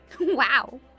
Wow